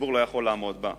שציבור לא יכול לעמוד בה,